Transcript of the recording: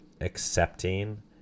accepting